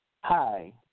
Hi